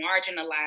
marginalized